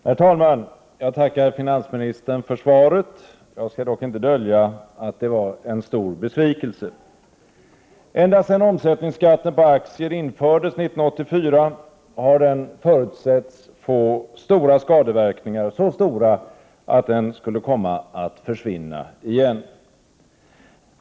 Herr talman! Jag tackar finansministern för svaret. Men jag skall inte dölja att det var en stor besvikelse. Ända sedan omsättningsskatten på aktier infördes 1984 har den förutsetts få så stora skadeverkningar att den skulle komma att försvinna igen.